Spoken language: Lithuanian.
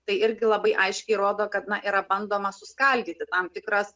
tai irgi labai aiškiai rodo kad na yra bandoma suskaldyti tam tikras